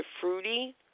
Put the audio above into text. fruity